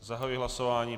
Zahajuji hlasování.